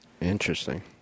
Interesting